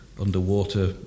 underwater